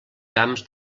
camps